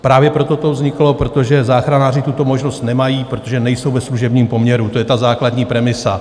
Právě proto to vzniklo, protože záchranáři tuto možnost nemají, protože nejsou ve služebním poměru, to je ta základní premisa.